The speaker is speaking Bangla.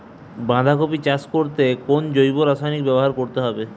বাঁধাকপি চাষ করতে কোন জৈব রাসায়নিক ব্যবহার করতে হবে?